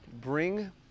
bring